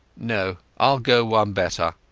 no, iall go one better.